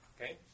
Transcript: okay